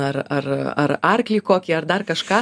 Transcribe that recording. ar ar ar arklį kokį ar dar kažką